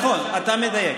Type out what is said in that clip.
הם עברו, נכון, אתה מדייק.